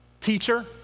Teacher